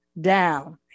down